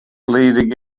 leading